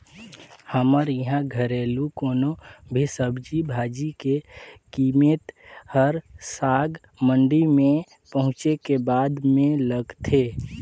हमर इहां घरेलु कोनो भी सब्जी भाजी के कीमेत हर साग मंडी में पहुंचे के बादे में लगथे